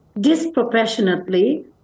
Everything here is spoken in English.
disproportionately